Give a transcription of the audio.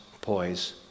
poise